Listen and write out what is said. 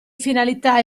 finalità